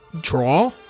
draw